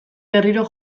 berriro